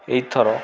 ଏଇଥର